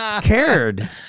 cared